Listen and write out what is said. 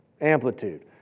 amplitude